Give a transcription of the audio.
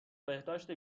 بهداشت